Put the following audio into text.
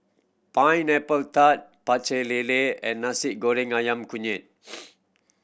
Pineapple Tart Pecel Lele and Nasi Goreng Ayam Kunyit